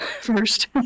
first